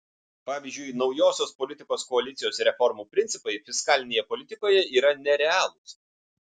pavyzdžiui naujosios politikos koalicijos reformų principai fiskalinėje politikoje yra nerealūs